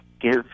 give